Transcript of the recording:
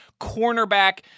cornerback